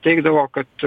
teigdavo kad